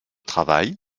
travail